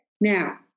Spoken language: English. Now